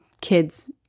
kids